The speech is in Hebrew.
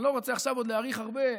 אני לא רוצה עכשיו להאריך עוד הרבה,